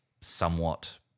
somewhat